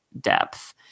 depth